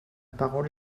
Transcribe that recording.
parole